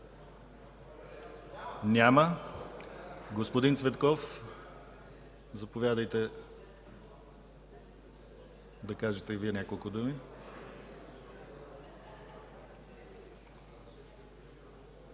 Няма. Господин Цветков, заповядайте да кажете и Вие няколко думи.